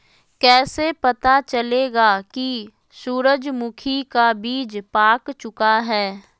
कैसे पता चलेगा की सूरजमुखी का बिज पाक चूका है?